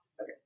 Okay